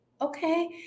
okay